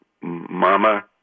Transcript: Mama